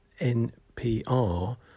NPR